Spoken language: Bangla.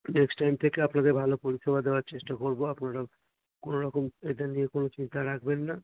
নেক্সট টাইম থেকে আপনাদের ভালো পরিষেবা দেওয়ার চেষ্টা করবো আপনারা কোনো রকম এটা নিয়ে কোনও চিন্তা রাখবেন না